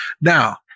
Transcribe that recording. Now